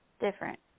different